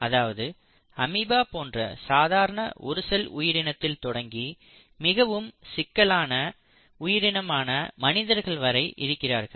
அதாவது அமீபா போன்ற சாதாரண ஒரு செல் உயிரினத்தில் தொடங்கி மிகவும் சிக்கலான உயிரினமான மனிதர்கள் வரை இருக்கிறார்கள்